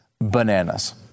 bananas